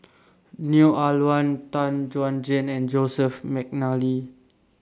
Neo Ah Luan Tan Chuan Jin and Joseph Mcnally